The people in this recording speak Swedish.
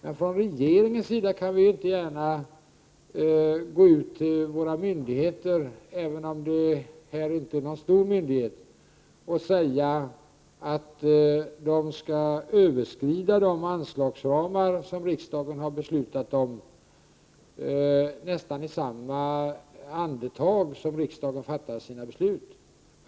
Vi kan inte gärna från regeringens sida gå ut till våra myndigheter, även om det inte är en så stor myndighet, och säga att de skall överskrida de anslagsramar som riksdagen har fattat beslut om i nästan samma andetag som besluten faktiskt har fattats.